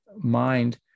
mind